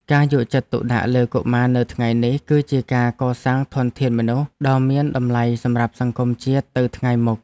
ការយកចិត្តទុកដាក់លើកុមារនៅថ្ងៃនេះ គឺជាការកសាងធនធានមនុស្សដ៏មានតម្លៃសម្រាប់សង្គមជាតិទៅថ្ងៃមុខ។